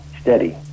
steady